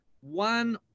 one